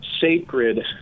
sacred